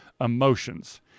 emotions